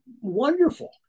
wonderful